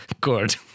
Good